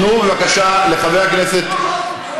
תנו בבקשה לחבר הכנסת,